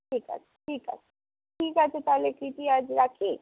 ঠিক আছে ঠিক আছে ঠিক আছে তাহলে কৃতি আজ রাখি